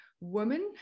women